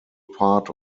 part